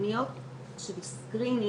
איתך על האישה